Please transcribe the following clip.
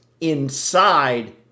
inside